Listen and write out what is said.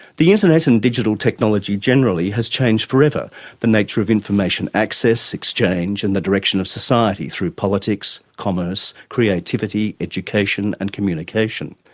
the internet and digital technology generally has changed forever the nature of information access, exchange and the direction of society through politics, commerce, creativity, education and communication.